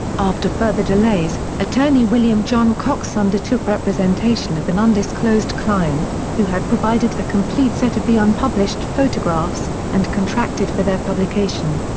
after further delays, attorney william john cox undertook representation of an undisclosed client, who had provided a complete set of the unpublished photographs, and contracted for their publication.